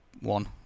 one